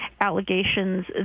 allegations